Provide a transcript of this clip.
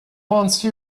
once